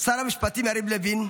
שר המשפטים יריב לוין,